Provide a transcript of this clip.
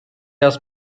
has